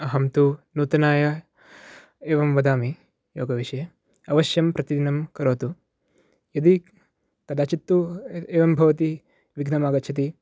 अहं तु नूतनाय एवं वदामि योगविषये अवश्यं प्रतिदिनं करोतु यदि कदाचित्तु एवं भवति विघ्नमागच्छति